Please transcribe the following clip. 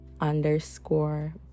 underscore